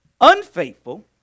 unfaithful